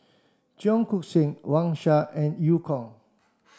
Cheong Koon Seng Wang Sha and Eu Kong